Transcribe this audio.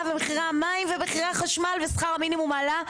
ומחירי המים ומחירי החשמל ושכר המינימום עלה,